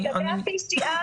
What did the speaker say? לגבי ה-PCR